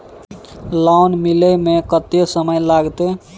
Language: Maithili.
लोन मिले में कत्ते समय लागते?